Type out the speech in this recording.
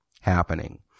happening